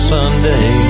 Sunday